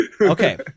Okay